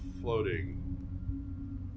floating